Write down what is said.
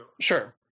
Sure